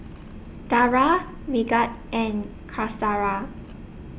Dara Megat and Qaisara